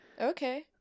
Okay